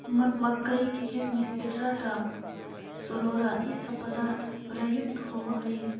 मक्कइ के खेत में एट्राटाफ, सोलोरा इ सब पदार्थ प्रयुक्त होवऽ हई